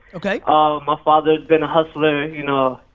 okay. ah my father's been a hustler, you know,